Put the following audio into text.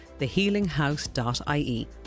thehealinghouse.ie